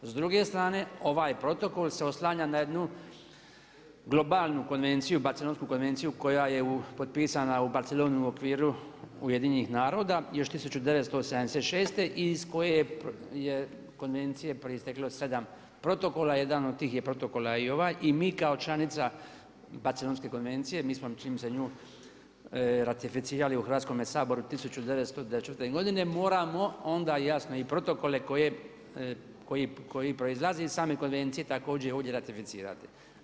S druge strane, ovaj protokol se oslanja na jednu globalnu konvenciju, Barcelonsku konvenciju koja je potpisana u Barceloni u okviru UN-a još 1986. iz koje je proisteklo sedam protokola, jedan od protokola je i ovaj i mi kao članica Barcelonske konvencije mi smo čini mi se nju ratificirali u Hrvatskome saboru 1994. godine moramo onda jasno i protokole koji proizlazi iz same konvencije također ovdje ratificirati.